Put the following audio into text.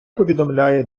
повідомляє